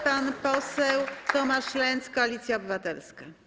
Pan poseł Tomasz Lenz, Koalicja Obywatelska.